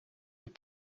had